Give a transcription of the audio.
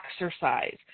exercise